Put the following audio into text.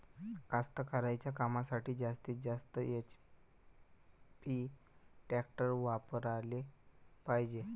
कास्तकारीच्या कामासाठी जास्तीत जास्त किती एच.पी टॅक्टर वापराले पायजे?